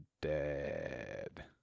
dead